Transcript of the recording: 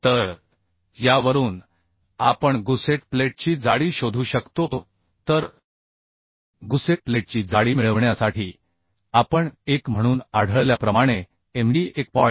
तर यावरून आपण गुसेट प्लेटची जाडी शोधू शकतो तर गुसेट प्लेटची जाडी मिळविण्यासाठी आपण 1 म्हणून आढळल्याप्रमाणे एमडी 1